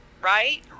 Right